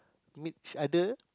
meet each other